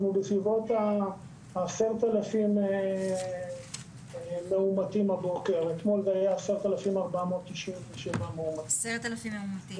יש כ-10,000 מאומתים, אתמול היו 10,497 מאומתים.